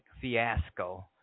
fiasco